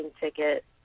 ticket